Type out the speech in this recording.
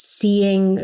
seeing